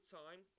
time